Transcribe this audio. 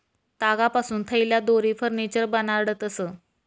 तागपासून थैल्या, दोरी, फर्निचर बनाडतंस